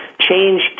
change